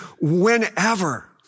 whenever